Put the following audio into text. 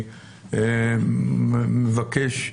אני מבקש,